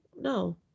No